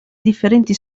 differenti